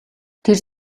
тэр